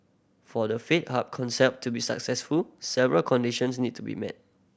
for the faith hub concept to be successful several conditions need to be met